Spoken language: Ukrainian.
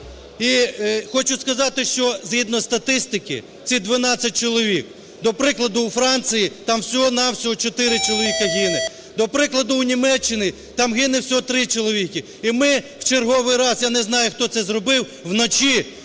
І хочу сказати, що згідно статистики ці 12 чоловік, до прикладу, у Франції там всього-на-всього чотири чоловіка гине, до прикладу, у Німеччині там гине всього три чоловіки. І ми в черговий раз, я не знаю, хто це зробив, вночі